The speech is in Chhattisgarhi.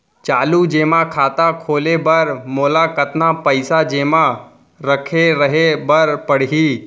चालू जेमा खाता खोले बर मोला कतना पइसा जेमा रखे रहे बर पड़ही?